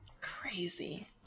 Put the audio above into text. Crazy